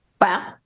Wow